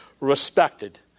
respected